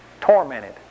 Tormented